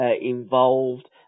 involved